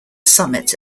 summit